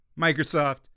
Microsoft